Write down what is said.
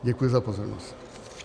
Děkuji za pozornost.